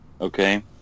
Okay